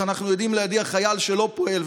אז אנחנו יודעים להדיח חייל שלא פועל,